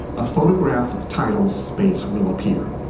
a photograph titles space will appear.